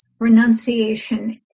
renunciation